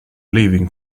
leaving